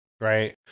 right